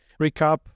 recap